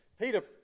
Peter